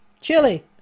Chili